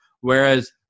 Whereas